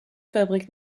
fabrique